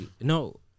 no